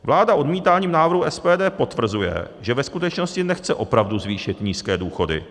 Vláda odmítáním návrhu SPD potvrzuje, že ve skutečnosti nechce opravdu zvýšit nízké důchody.